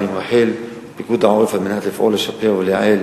עם רח"ל ופיקוד העורף על מנת לשפר ולייעל